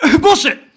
Bullshit